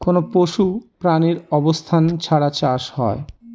কোনো পশু প্রাণীর অবস্থান ছাড়া চাষ হয়